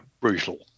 brutal